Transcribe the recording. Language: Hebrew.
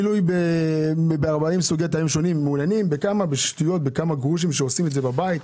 מילוי ב-40 סוגי טעמים שונים שעושים את זה בבית.